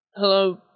Hello